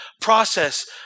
process